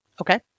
Okay